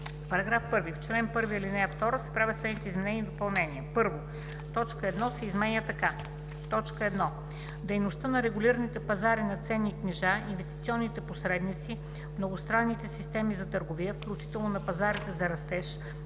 „§ 1. В чл. 1, ал. 2 се правят следните изменения и допълнения: 1. Точка 1 се изменя така: „1. дейността на регулираните пазари на ценни книжа, инвестиционните посредници, многостранните системи за търговия, включително на пазарите за растеж,